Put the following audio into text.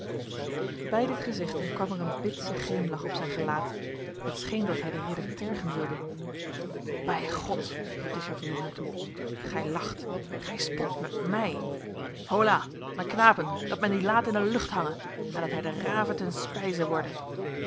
bij dit gezegde kwam er een bitsige grimlach op zijn gelaat het scheen dat hij de ridder tergen wilde bij god riep de chatillon hem toe gij lacht gij spot met mij hola mijn knapen dat men die laat in de lucht hange en dat hij der raven ten spijze worde